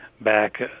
back